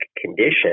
condition